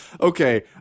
Okay